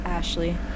Ashley